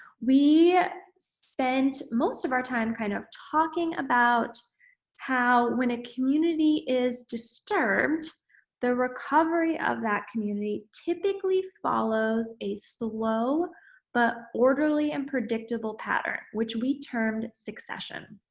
we spent most of our time kind of talking about how when a community is disturbed the recovery of that community typically follows a slow but orderly and predictable pattern which we termed succession.